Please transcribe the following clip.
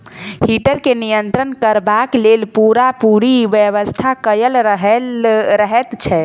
heater के नियंत्रण करबाक लेल पूरापूरी व्यवस्था कयल रहैत छै